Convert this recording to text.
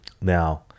now